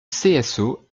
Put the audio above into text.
cso